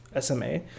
SMA